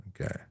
Okay